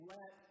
Let